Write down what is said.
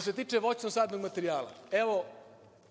se tiče voćnog sadnog materijala, evo